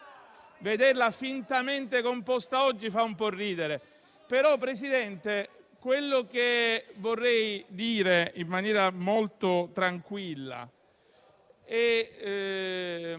vederla fintamente composta oggi fa un po' ridere. Però, Presidente, quello che vorrei dire in maniera molto tranquilla e